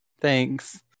thanks